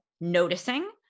noticing